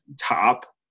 top